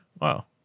Wow